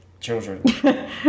children